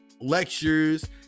lectures